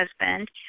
husband